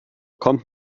kommt